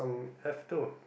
have to